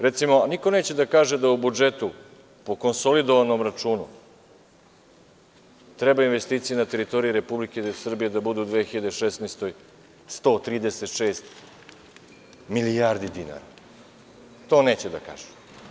Recimo, niko neće da kaže da u budžetu po konsolidovanom računu treba investicije na teritoriji Republike Srbije da budu u 2016. godini 136 milijardi dinara, to neće da kažu.